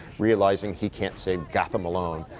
realizing he can't save gotham alone.